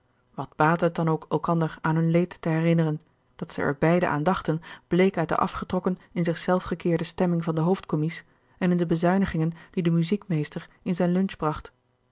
wat baatte het dan ook elkander aan hun leed te herinneren dat zij er beiden aan dachten bleek uit de afgetrokken in zich zelf gekeerde stemming van den hoofdcommies en in de bezuinigingen die de muziekmeester in zijn lunch bracht